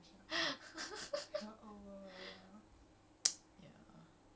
!alah! benda tu macam benda biasa jer bagi dia